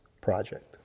Project